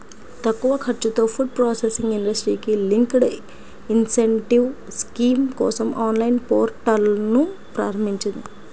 తక్కువ ఖర్చుతో food processing ఇండస్ట్రీకి లింక్డ్ ఇన్సెంటివ్ స్కీమ్ కోసం ఆన్లైన్ పోర్టల్ను ప్రారంభించింది